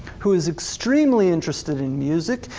who is extremely interested in music.